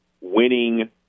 winning